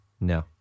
No